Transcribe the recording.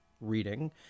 reading